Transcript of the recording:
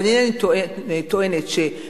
ואינני טוענת שהעניינים פשוטים,